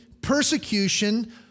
persecution